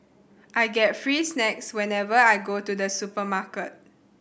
I get free snacks whenever I go to the supermarket